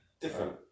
Different